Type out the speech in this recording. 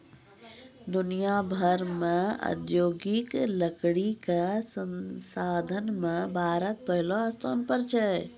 दुनिया भर मॅ औद्योगिक लकड़ी कॅ संसाधन मॅ भारत पहलो स्थान पर छै